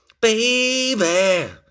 Baby